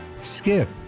skip